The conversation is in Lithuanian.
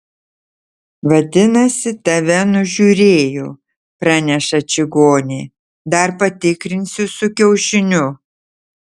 vadinasi tave nužiūrėjo praneša čigonė dar patikrinsiu su kiaušiniu